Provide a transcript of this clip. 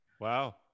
Wow